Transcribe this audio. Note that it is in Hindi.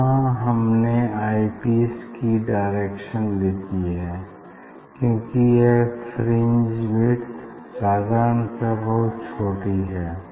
यहाँ हमने आई पीस की डायरेक्शन लिखी है क्यूंकि यह फ्रिंज विड्थ साधारणतः बहुत छोटी है